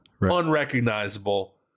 Unrecognizable